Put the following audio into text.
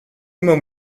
immer